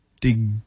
dig